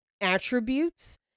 attributes